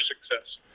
success